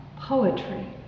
poetry